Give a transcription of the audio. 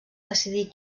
decidir